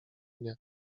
mnie